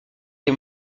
des